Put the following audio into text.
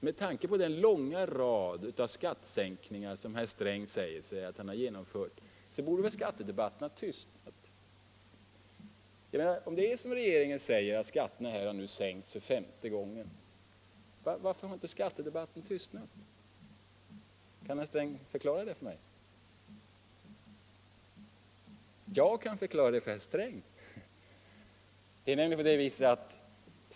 Med tanke på den långa rad av skattesänkningar som herr Sträng säger sig ha genomfört borde rimligen skattedebatten ha tystnat. Om det är så, som regeringen säger, att skatterna nu sänkts för femte gången, varför har då inte skattedebatten avstannat? Kan herr Sträng förklara det? Jag kan förklara det för herr Sträng.